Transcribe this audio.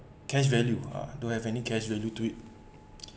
cash value ah don't have any cash value to it